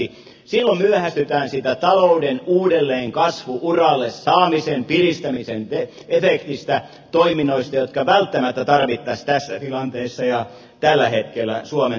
silloin myöhästytään siitä talouden uudelleen kasvu uralle saamisen piristämisen efektistä toiminnoista jotka välttämättä tarvittaisiin tässä tilanteessa ja tällä hetkellä suomen taloudessa